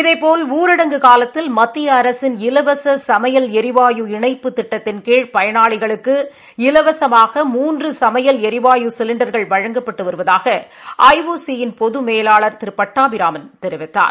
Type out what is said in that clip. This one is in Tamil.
இதேபோல் ஊரடங்கு காலத்தில் மத்திய அரசின் இலவச சமையல் எரிவாயு இணைப்புத் திட்டத்தின் பயனாளிகளுக்கு இலவசமாக மூன்று சமையல் எரிவாயு சிலிண்டர்கள் வழங்கப்பட்டு வருவதாக ஐ ஓ சி யின் பொது மேலாளர் திரு பட்டாபிராமன் தெரிவித்தார்